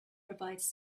provides